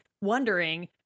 wondering